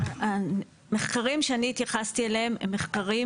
המחקרים שאני התייחסתי אליהם הם מחקרים